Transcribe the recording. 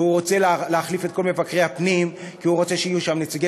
והוא רוצה להחליף את כל מבקרי הפנים כי הוא רוצה שיהיו שם נציגי